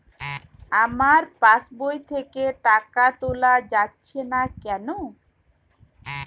আমার পাসবই থেকে টাকা তোলা যাচ্ছে না কেনো?